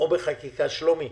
שלומי,